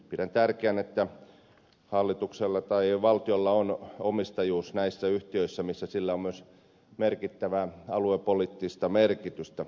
pidän tärkeänä että valtiolla on omistajuus näissä yhtiöissä joissa sillä on myös merkittävää aluepoliittista merkitystä